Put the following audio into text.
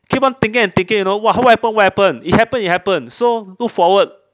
keep on thinking and thinking you know wha~ what happened what happened it happened it happened so move forward